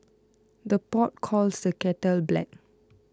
the pot calls the kettle black